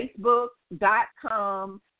facebook.com